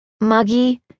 Muggy